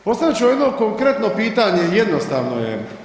Postavit ću vam jedno konkretno pitanje, jednostavno je.